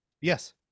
Yes